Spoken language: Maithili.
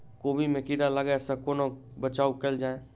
कोबी मे कीड़ा लागै सअ कोना बचाऊ कैल जाएँ?